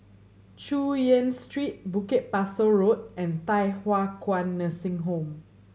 Chu Yen Street Bukit Pasoh Road and Thye Hua Kwan Nursing Home